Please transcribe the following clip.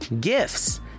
Gifts